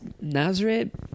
Nazareth